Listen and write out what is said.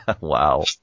Wow